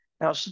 Now